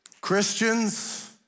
Christians